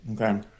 Okay